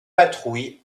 patrouille